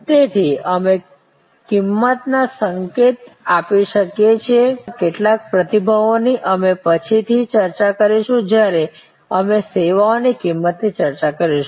તેથી અમે કિંમતમાં સંકેત આપી શકીએ છીએ અમૂર્તતા ના સંદર્ભમાં કેટલાક પ્રતિભાવો ની અમે પછીથી ચર્ચા કરીશું જ્યારે અમે સેવાઓની કિંમતની ચર્ચા કરીશું